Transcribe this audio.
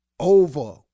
over